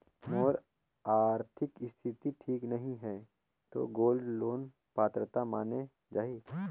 मोर आरथिक स्थिति ठीक नहीं है तो गोल्ड लोन पात्रता माने जाहि?